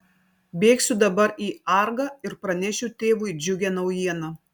bėgsiu dabar į argą ir pranešiu tėvui džiugią naujieną